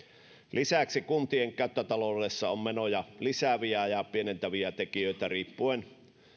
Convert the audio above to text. lisäksi kuntien käyttötaloudessa on menoja lisääviä ja pienentäviä tekijöitä riippuen